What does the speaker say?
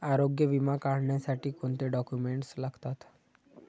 आरोग्य विमा काढण्यासाठी कोणते डॉक्युमेंट्स लागतात?